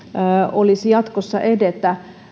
olisi jatkossa edetä